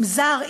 אם זר,